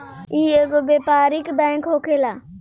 इ एगो व्यापारिक बैंक होखेला